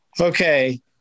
Okay